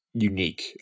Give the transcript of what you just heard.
Unique